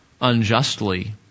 unjustly